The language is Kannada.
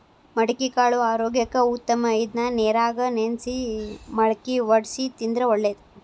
ಮಡಿಕಿಕಾಳು ಆರೋಗ್ಯಕ್ಕ ಉತ್ತಮ ಇದ್ನಾ ನೇರಾಗ ನೆನ್ಸಿ ಮಳ್ಕಿ ವಡ್ಸಿ ತಿಂದ್ರ ಒಳ್ಳೇದ